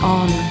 on